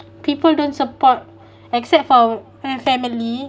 people don't support except for my family